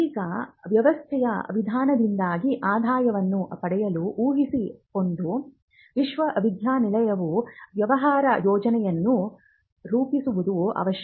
ಈಗ ವ್ಯವಸ್ಥೆಯ ವಿಧಾನದಿಂದಾಗಿ ಆದಾಯವನ್ನು ಪಡೆಯಲು ಊಹಿಸಿಕೊಂಡು ವಿಶ್ವವಿದ್ಯಾನಿಲಯವು ವ್ಯವಹಾರ ಯೋಜನೆಯನ್ನು ರೂಪಿಸುವುದು ಅವಶ್ಯಕ